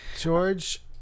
George